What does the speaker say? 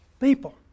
people